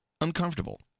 uncomfortable